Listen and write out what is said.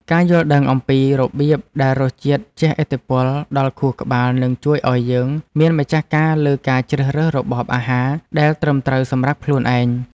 ការយល់ដឹងអំពីរបៀបដែលរសជាតិជះឥទ្ធិពលដល់ខួរក្បាលនឹងជួយឲ្យយើងមានម្ចាស់ការលើការជ្រើសរើសរបបអាហារ ដែលត្រឹមត្រូវសម្រាប់ខ្លួនឯង។